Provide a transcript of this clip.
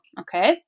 Okay